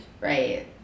right